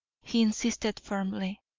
he insisted firmly,